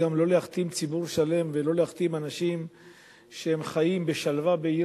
לא להכתים ציבור שלם ולא להכתים אנשים שחיים בשלווה בעיר